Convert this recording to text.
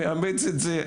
מאמץ את זה,